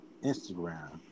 Instagram